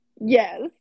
Yes